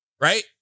Right